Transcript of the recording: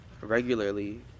regularly